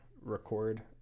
record